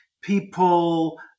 people